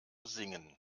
singen